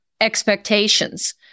expectations